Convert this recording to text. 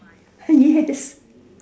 yes